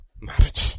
marriage